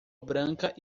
branca